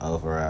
Over